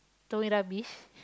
throwing rubbish